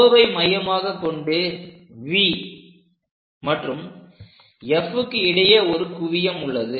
Oவை மையமாகக் கொண்டு V மற்றும் Fக்கு இடையே ஒரு குவியம் உள்ளது